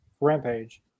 Rampage